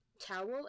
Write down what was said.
towel